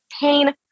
pain